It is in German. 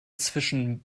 zwischen